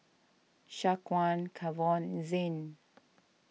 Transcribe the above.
Shaquan Kavon and Zain